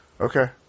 Okay